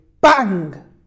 bang